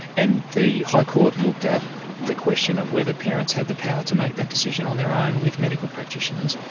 and the high court looked at the question of whether parents had the power to make that decision on their own with medical practitioners,